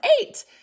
eight